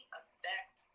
affect